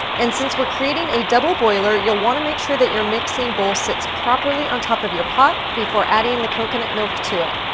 and since we're creating a double boiler, you'll wanna make sure that your mixing bowl sits properly on top of your pot before adding the coconut milk to it.